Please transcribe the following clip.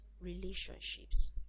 relationships